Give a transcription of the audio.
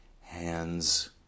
Hands